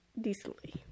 decently